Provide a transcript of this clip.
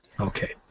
Okay